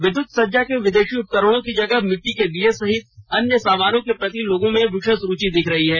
विद्युत सज्जा के विदेशी उपकरणों की जगह मिट्टी के दीए सहित अन्य सामानों के प्रति लोगों में विशेष रूचि दिख रही है